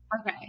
Okay